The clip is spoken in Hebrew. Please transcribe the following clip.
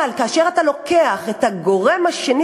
אבל כאשר אתה לוקח את הגורם השני,